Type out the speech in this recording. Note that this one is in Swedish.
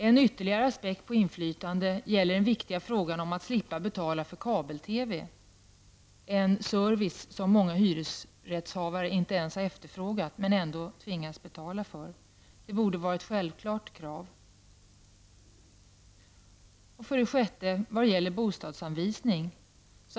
En ytterligare aspekt på inflytandet gäller den viktiga frågan om att slippa betala för kabel-TV, en service som många hyresrättshavare inte ens har efterfrågat men som de ändå tvingas betala för. Detta borde vara ett självklart krav. För det sjätte gäller det frågan om bostadsanvisning.